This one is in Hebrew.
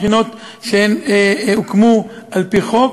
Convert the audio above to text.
מכינות שהוקמו על-פי חוק,